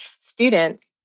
students